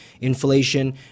Inflation